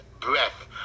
breath